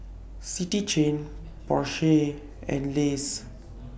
City Chain Porsche and Lays